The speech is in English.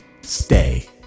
stay